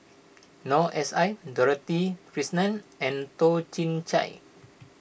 Noor S I Dorothy Krishnan and Toh Chin Chye